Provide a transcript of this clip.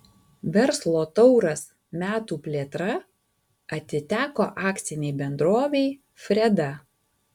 verslo tauras metų plėtra atiteko akcinei bendrovei freda